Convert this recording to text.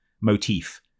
motif